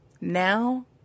Now